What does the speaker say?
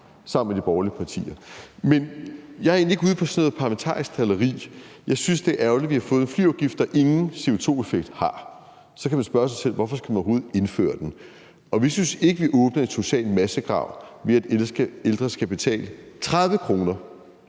sammen med de borgerlige partier. Men jeg er egentlig ikke ude på sådan noget parlamentarisk drilleri. Jeg synes, det er ærgerligt, vi har fået en flyafgift, der er ingen CO2-effekt har. Så kan man spørge sig selv: Hvorfor skal man overhovedet indføre den? Vi synes ikke, vi åbner en social massegrav, ved at ældre skal betale 30 kr.